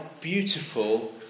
beautiful